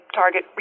target